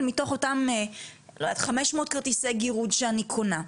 מתוך אותם 500 כרטיסי גירוד שאני קונה.